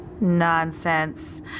Nonsense